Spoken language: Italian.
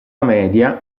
media